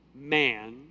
man